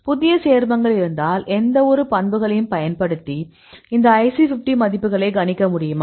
புதிய சேர்மங்கள் இருந்தால் எந்தவொரு பண்புகளையும் பயன்படுத்தி இந்த IC50 மதிப்புகளை கணிக்க முடியுமா